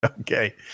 Okay